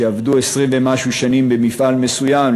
שעבדו 20 ומשהו שנים במפעל מסוים,